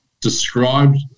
described